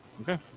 Okay